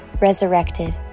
Resurrected